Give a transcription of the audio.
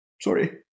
Sorry